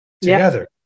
together